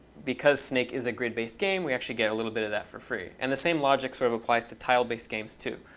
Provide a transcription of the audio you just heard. because snake is a grid-based game, we actually get a little bit of that for free. and the same logic sort of applies to tile-based games, too,